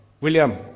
William